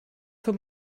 für